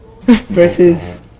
versus